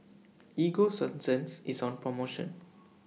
Ego Sunsense IS on promotion